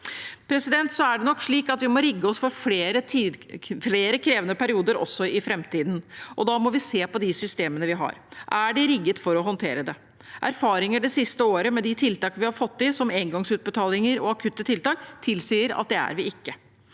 Så er det nok slik at vi må rigge oss for flere krevende perioder også i framtiden, og da må vi se på de systemene vi har. Er de rigget for å håndtere det? Erfaringer det siste året, med de tiltak vi har fått til, som engangsutbetalinger og akutte tiltak, tilsier at det er de ikke.